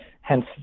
hence